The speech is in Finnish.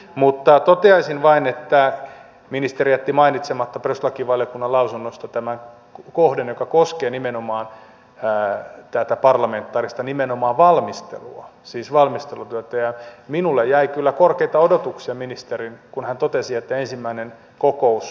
mutta toteaisin vain että ministeri jätti mainitsematta perustuslakivaliokunnan lausunnosta tämän kohdan joka koskee nimenomaan tätä parlamentaarista valmistelua siis valmistelutyötä ja minulle jäi kyllä korkeita odotuksia kun ministeri totesi että ensimmäinen kokous määrittelee suuntaa